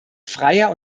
freier